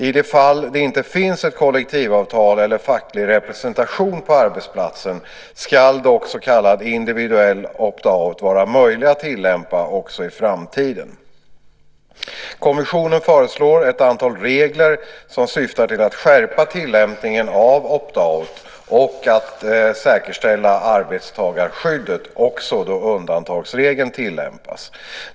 I de fall det inte finns kollektivavtal eller facklig representation på arbetsplatsen ska dock så kallad individuell opt out vara möjlig att tillämpa också i framtiden. Kommissionen föreslår ett antal regler som syftar till att skärpa tillämpningen av opt out och att säkerställa arbetstagarskyddet också då undantagsregeln tillämpas.